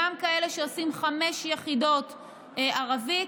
גם כאלה שעושים חמש יחידות ערבית,